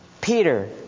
Peter